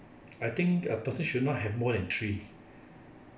I think a person should not have more than three